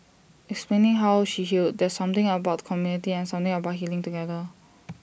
explaining how she healed there's something about community and something about healing together